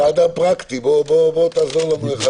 אתה אדם פרקטי, בוא תעזור לנו.